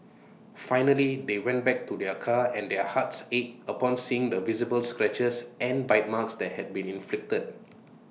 finally they went back to their car and their hearts ached upon seeing the visible scratches and bite marks that had been inflicted